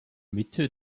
mitte